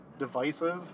divisive